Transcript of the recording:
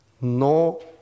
no